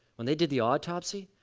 when they did the autopsy,